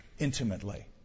Intimately